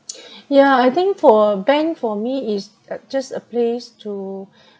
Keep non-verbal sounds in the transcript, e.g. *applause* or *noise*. *breath* yeah I think for bank for me is uh just a place to *breath*